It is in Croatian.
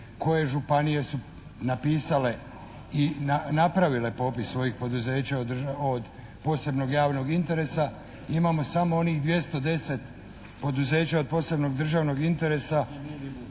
koje županije su napisale i napravile popis svojih poduzeća od posebnog javnog interesa. Imamo samo onih 210 poduzeća od posebnog državnog interesa